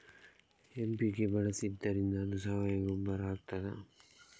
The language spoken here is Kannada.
ಎಂ.ಪಿ.ಕೆ ಬಳಸಿದ್ದರಿಂದ ಅದು ಸಾವಯವ ಗೊಬ್ಬರ ಆಗ್ತದ?